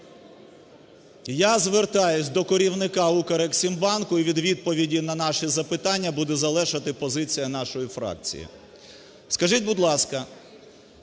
Я звертаюсь до керівника "Укрексімбанку", і від відповіді на наші запитання буде залежати позиція нашої фракції. Скажіть, будь ласка,